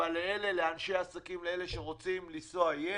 אבל לאנשי העסקים, לאלה שרוצים לנסוע יהיה.